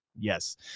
Yes